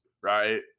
right